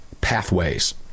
pathways